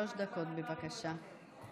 שלוש דקות, בבקשה.